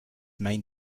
main